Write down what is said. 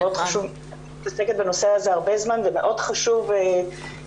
אני מתעסקת בנושא הזה הרבה זמן ומאוד חשוב להביא